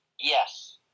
Yes